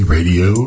Radio